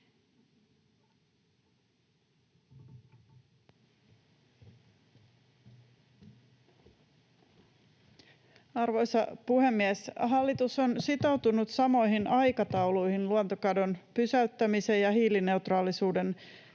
Arvoisa puhemies! Hallitus on sitoutunut luontokadon pysäyttämisen ja hiilineutraalisuuden